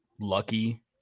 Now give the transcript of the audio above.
lucky